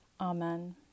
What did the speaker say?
Amen